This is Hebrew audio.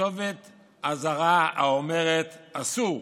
ככתובת אזהרה האומרת: 'אסור!'